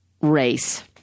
race